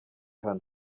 hano